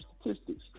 Statistics